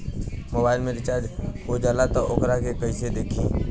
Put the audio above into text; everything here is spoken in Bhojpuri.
मोबाइल में रिचार्ज हो जाला त वोकरा के कइसे देखी?